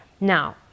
now